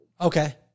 Okay